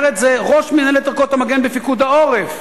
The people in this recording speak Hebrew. אומר את זה ראש מינהלת ערכות המגן בפיקוד העורף.